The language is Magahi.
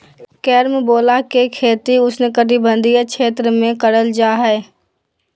कैरम्बोला के खेती उष्णकटिबंधीय क्षेत्र में करल जा हय